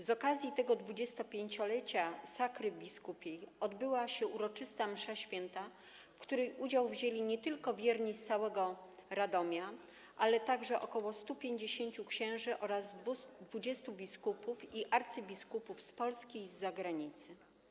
Z okazji 25-lecia sakry biskupiej odbyła się uroczysta msza św., w której udział wzięli nie tylko wierni z całego Radomia, ale także ok. 150 księży oraz 20 biskupów i arcybiskupów z Polski i zagranicy.